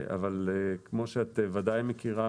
כמו שאת ודאי מכירה,